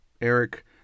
Eric